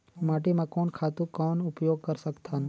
माटी म कोन खातु कौन उपयोग कर सकथन?